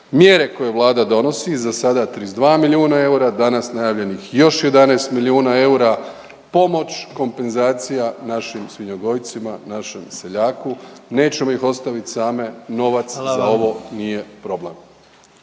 Mjere koje Vlada donosi za sada 32 milijuna eura, danas najavljenih još 11 milijuna eura pomoć, kompenzacija našim svinjogojcima, našem seljaku. Nećemo ih ostavit same. Novac za ovo nije problem.